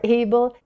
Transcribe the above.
able